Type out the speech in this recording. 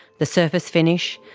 the surface finish,